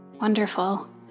Wonderful